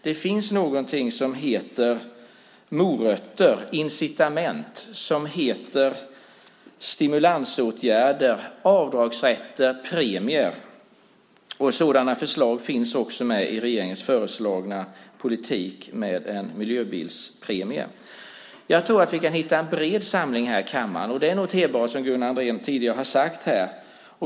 Det finns någonting som heter morötter, incitament, stimulansåtgärder, avdragsrätter och premier. Sådana förslag finns också med i regeringens föreslagna politik med en miljöbilspremie. Jag tror att vi kan hitta en bred samling här i kammaren. Det är noterbart, som Gunnar Andrén tidigare har sagt här.